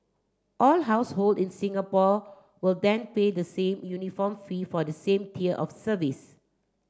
all household in Singapore will then pay the same uniform fee for the same tier of service